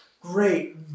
great